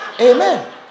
Amen